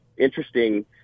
Interesting